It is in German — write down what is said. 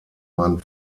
man